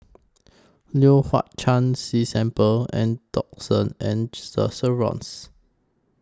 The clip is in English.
Leong Hwa Chan Si simple and Duxton and The Chevrons